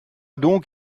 donc